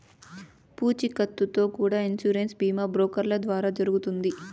పూచీకత్తుతో కూడా ఇన్సూరెన్స్ బీమా బ్రోకర్ల ద్వారా జరుగుతుంది